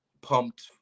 pumped